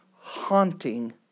haunting